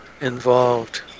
involved